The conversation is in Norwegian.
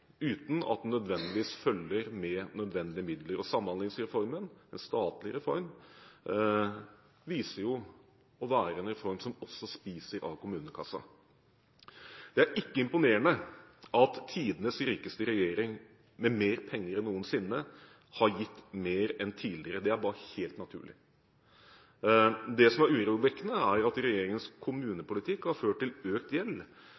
uten at det nødvendigvis følger med nødvendige midler. Samhandlingsreformen – en statlig reform – viser seg jo å være en reform som også spiser av kommunekassa. Det er ikke imponerende at tidenes rikeste regjering, med mer penger enn noensinne, har gitt mer enn tidligere. Det er bare helt naturlig. Det som er urovekkende er at regjeringens kommunepolitikk har ført til økt gjeld